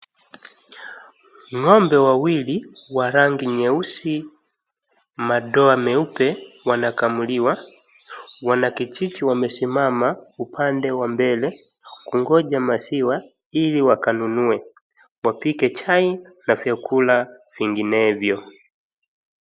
Ngombe wawili wa rangi nyeusi maadoa meupe wanakamuliwa. Wanakijiji wamesimama upande wa mbele kungoja maziwa ili wakanunue wapike chai na vyakula vinginevyo.